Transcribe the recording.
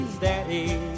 Daddy